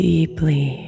deeply